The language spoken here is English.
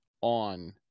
on